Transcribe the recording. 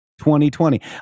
2020